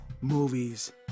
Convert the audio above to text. movies